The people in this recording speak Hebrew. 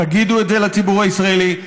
תגידו את זה לציבור הישראלי,